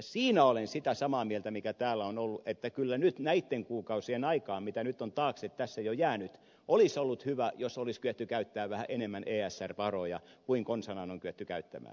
siinä olen sitä samaa mieltä mitä täällä on oltu että kyllä nyt kuukausien aikaan mitä on taakse tässä jo jäänyt olisi ollut hyvä jos olisi kyetty käyttämään vähän enemmän esr varoja kuin konsanaan on kyetty käyttämään